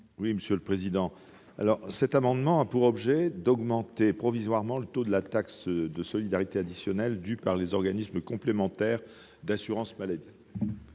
rapporteur général. Cet amendement a pour objet d'augmenter provisoirement le taux de la taxe de solidarité additionnelle (TSA) due par les organismes complémentaires d'assurance maladie.